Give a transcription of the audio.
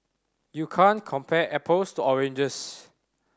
you can't compare apples to oranges